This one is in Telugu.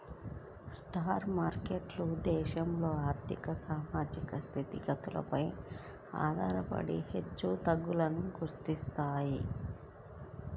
స్టాక్ మార్కెట్లు దేశ ఆర్ధిక, సామాజిక స్థితిగతులపైన ఆధారపడి హెచ్చుతగ్గులకు గురవుతాయి